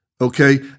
okay